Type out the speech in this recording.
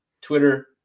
Twitter